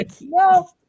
no